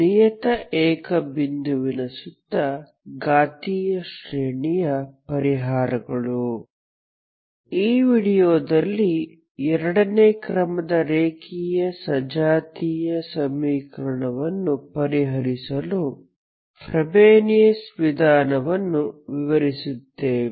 ನಿಯತ ಏಕ ಬಿಂದುವಿನ ಸುತ್ತ ಘಾತೀಯ ಶ್ರೇಣಿಯ ಪರಿಹಾರಗಳು ಈ ವೀಡಿಯೊದಲ್ಲಿ ಎರಡನೇ ಕ್ರಮದ ರೇಖೀಯ ಸಮಜಾತೀಯ ಸಮೀಕರಣವನ್ನು ಪರಿಹರಿಸಲು ಫ್ರೀಸೆನಿಯಸ್ ವಿಧಾನವನ್ನು ವಿವರಿಸುತ್ತೇವೆ